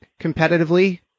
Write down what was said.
competitively